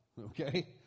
okay